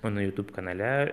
mano jutub kanale